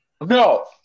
No